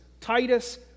Titus